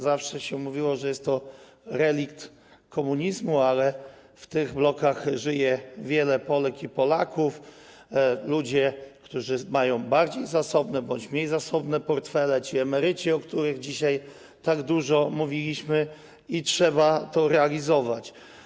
Zawsze się mówiło, że jest to relikt komunizmu, ale w tych blokach żyje wiele Polek i Polaków, żyją ludzie, którzy mają bardziej bądź mniej zasobne portfele, emeryci, o których dzisiaj tak dużo mówiliśmy, i trzeba to realizować.